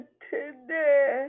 today